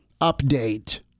update